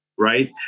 right